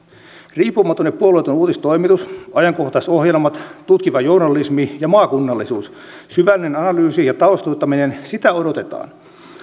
riippumaton ja puolueeton uutistoimitus ajankohtaisohjelmat tutkiva journalismi ja maakunnallisuus syvällinen analyysi ja taustoittaminen sitä odotetaan